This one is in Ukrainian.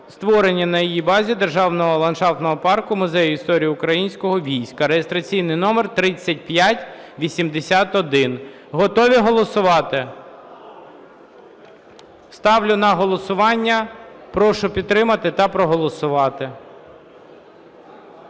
створення на її базі державного ландшафтно-паркового музею Історії Українського Війська (реєстраційний номер 3581). Готові голосувати? Ставлю на голосування. Прошу підтримати та проголосувати.